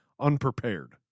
unprepared